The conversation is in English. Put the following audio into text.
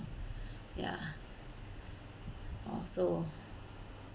ya oh so